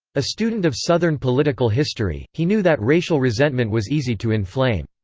a student of southern political history, he knew that racial resentment was easy to inflame.